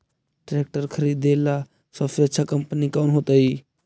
Tractor खरीदेला सबसे अच्छा कंपनी कौन होतई?